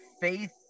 faith